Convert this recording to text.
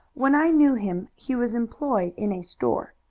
when i knew him he was employed in a store.